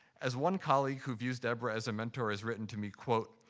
as one colleague who views deborah as a mentor has written to me, quote,